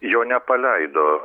jo nepaleido